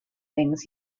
things